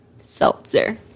Seltzer